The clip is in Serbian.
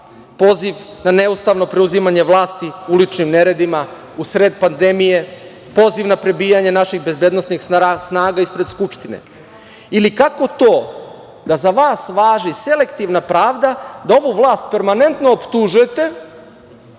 poziv na neustavno preuzimanje vlasti uličnim neredima usred pandemije, poziv na prebijanje naših bezbednosnih snaga ispred Skupštine? Ili, kako to da za vas važi selektivna pravda da ovu vlast permanentno optužujete